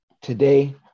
today